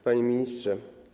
Panie Ministrze!